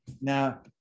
now